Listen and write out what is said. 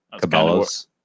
Cabela's